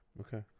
Okay